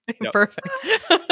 Perfect